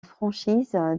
franchise